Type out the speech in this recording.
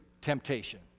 temptation